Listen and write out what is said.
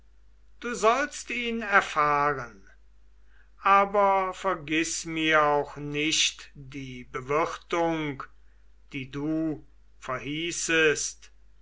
du sollst ihn erfahren aber vergiß mir auch nicht die bewirtung die du verhießest